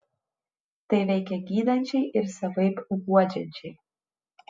tai veikia gydančiai ir savaip guodžiančiai